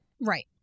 Right